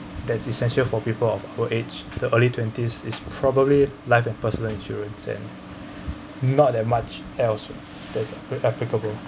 that's essential for people of our age the early twenties is probably life and personal insurance and not that much else that's applicable